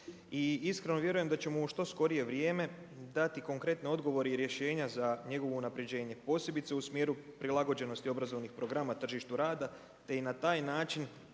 i iskreno vjerujem, da ćemo u što skorije vrijeme dati konkretne odgovore i rješenja za njegovo unaprjeđenje, posebice u smjeru prilagođenosti obrazovnih programa tržištu rada, te i na taj način